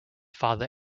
father